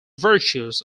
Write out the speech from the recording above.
virtues